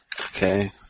Okay